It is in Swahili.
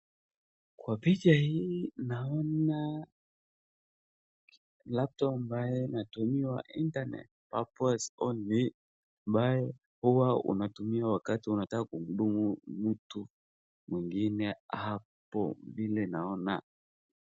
Kwa picha hii naona laptop ambayo inatumiwa internet kwa voice on me ambayo huwa unatumiwa wakati unataka kuhudumu mtu mwingine hapo vile naona.